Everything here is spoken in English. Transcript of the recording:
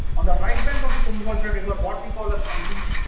on the right bank of the tungabhadra river, what we call as hampi,